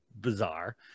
bizarre